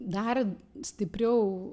dar stipriau